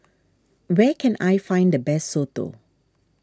where can I find the best Soto